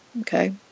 Okay